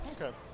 Okay